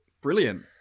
Brilliant